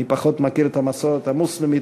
אני פחות מכיר את המסורת המוסלמית,